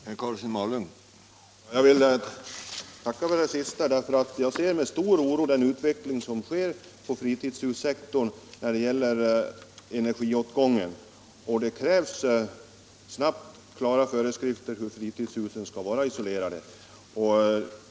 Herr talman! Jag vill tacka för det sista beskedet. Jag ser nämligen på utvecklingen när det gäller energiåtgången inom fritidshussektorn med stor oro. Det krävs att vi snabbt får klara föreskrifter om hur fritidshusen skall vara isolerade.